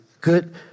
good